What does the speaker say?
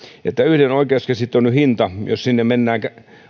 että yksi oikeuskäsittely jos mennään